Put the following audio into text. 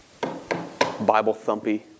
Bible-thumpy